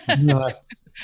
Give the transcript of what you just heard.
Nice